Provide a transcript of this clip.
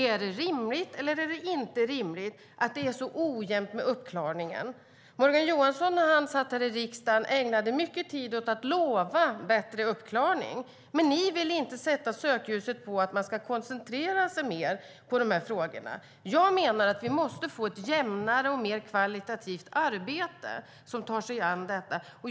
Är det rimligt eller är det inte rimligt att det är så ojämnt med uppklaringen? Jag menar att vi måste få ett jämnare och mer kvalitativt arbete som tar sig an detta.